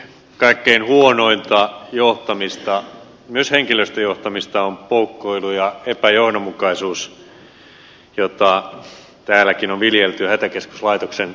kaikkein huonointa johtamista myös henkilöstöjohtamista on poukkoilu ja epäjohdonmukaisuus jota täälläkin on viljelty hätäkeskuslaitoksen osalta